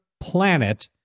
planet